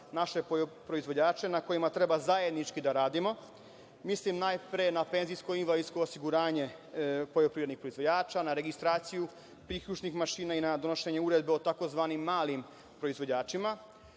naše proizvođače na kojima treba zajednički da radimo. Mislim najpre na penzijsko i invalidsko osiguranje poljoprivrednih proizvođača, na registraciju priključnih mašina i na donošenje uredbe o tzv. malim proizvođačima. Problem